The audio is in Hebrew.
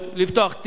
אתם יודעים את זה?